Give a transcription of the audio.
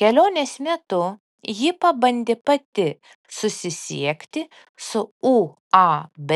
kelionės metu ji pabandė pati susisiekti su uab